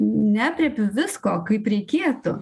neaprėpiu visko kaip reikėtų